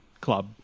club